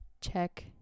Check